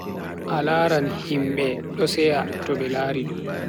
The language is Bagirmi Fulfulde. A laran himbe do seya to be lari dum.